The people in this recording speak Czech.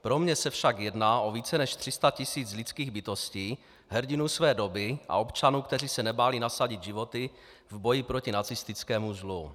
Pro mne se však jedná o více než 300 tisíc lidských bytostí, hrdinů své doby a občanů, kteří se nebáli nasadit životy v boji proti nacistickému zlu.